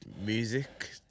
music